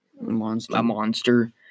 monster